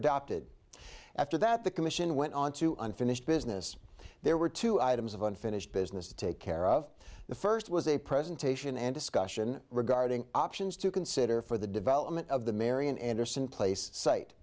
adopted after that the commission went on to unfinished business there were two items of unfinished business to take care of the first was a presentation and discussion regarding options to consider for the development of the marian anderson place site